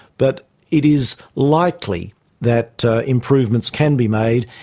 but it is likely that improvements can be made.